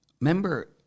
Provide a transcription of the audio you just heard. remember